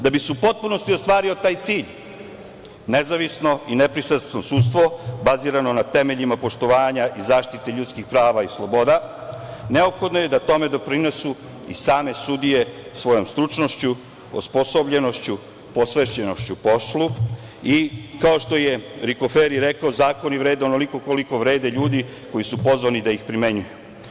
Da bi se u potpunosti ostvario taj cilj, nezavisno i nepristrasno sudstvo bazirano na temeljima poštovanja i zaštite ljudskih prava i sloboda, neophodno je da tome doprinesu i same sudije svojom stručnošću, osposobljenošću, posvećenošću poslu, i kao što je Rikoferi rekao – zakoni vrede onoliko koliko vrede ljudi koji su pozvani da ih primenjuju.